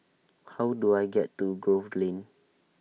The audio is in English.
How Do I get to Grove Lane